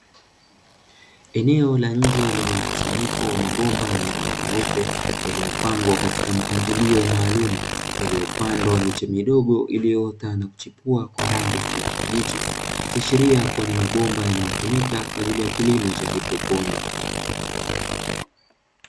Eneo la nje lenye mkusanyiko wa mabomba yenye rangi nyeupe yaliyopangwa katika mpangilio maalumu yaliyopandwa miche midogo iliyoota na kuchipua kwa rangi ya kijani kibichi ikiashiria kuwa ni mabomba yanayotumika kwa ajili ya kilimo cha haidroponi.